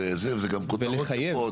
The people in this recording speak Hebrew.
אלו כותרות טובות.